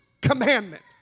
commandment